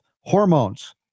hormones